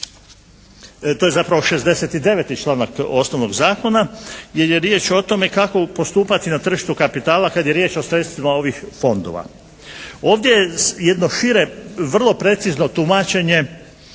to je zapravo 69. članak osnovnog zakona gdje je riječ o tome kako postupati na tržištu kapitala kad je riječ o sredstvima ovih fondova. Ovdje je jedno šire, vrlo precizno tumačenje